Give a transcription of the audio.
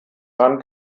san